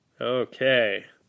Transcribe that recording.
Okay